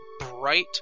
bright